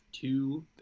two –